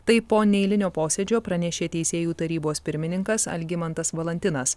tai po neeilinio posėdžio pranešė teisėjų tarybos pirmininkas algimantas valantinas